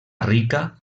rica